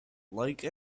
like